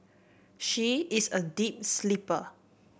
she is a deep sleeper